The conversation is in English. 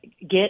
get